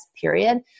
period